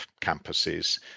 campuses